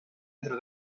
entre